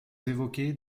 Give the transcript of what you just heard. évoquez